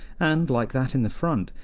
and, like that in the front,